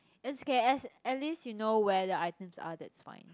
S K S at least you know where the items are that's fine